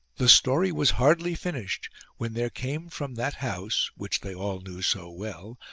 the story was hardly finished when there came from that house, which they all knew so well,